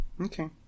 Okay